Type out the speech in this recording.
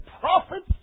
prophets